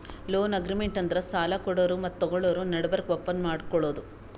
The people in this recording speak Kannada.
ಲೋನ್ ಅಗ್ರಿಮೆಂಟ್ ಅಂದ್ರ ಸಾಲ ಕೊಡೋರು ಮತ್ತ್ ತಗೋಳೋರ್ ನಡಬರ್ಕ್ ಒಪ್ಪಂದ್ ಮಾಡ್ಕೊಳದು